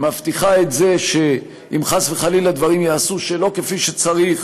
מבטיחה את זה שאם חס וחלילה דברים ייעשו שלא כפי שצריך